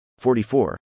44